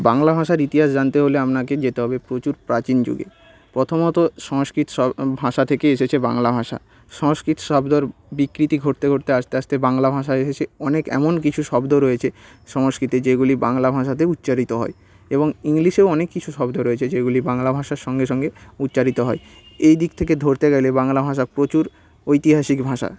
বাংলা ভাষার ইতিহাস জানতে হলে আপনাকে যেতে হবে প্রচুর প্রাচীন যুগে প্রথমত সংস্কৃত শ ভাষা থেকে এসেছে বাংলা ভাষা সংস্কৃত শব্দর বিকৃতি ঘটতে ঘটতে আস্তে আস্তে বাংলা ভাষায় এসে অনেক এমন কিছু শব্দ রয়েছে সংস্কৃতে যেইগুলি বাংলা ভাষাতে উচ্চারিত হয় এবং ইংলিশেও অনেক কিছু শব্দ রয়েছে যেইগুলি বাংলা ভাষার সঙ্গে সঙ্গে উচ্চারিত হয় এই দিক থেকে ধরতে গেলে বাংলা ভাষা প্রচুর ঐতিহাসিক ভাষা